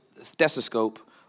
stethoscope